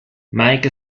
mike